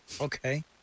Okay